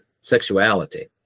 sexuality